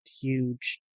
huge